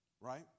Right